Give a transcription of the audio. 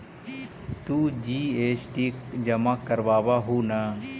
तु जी.एस.टी जमा करवाब हहु न?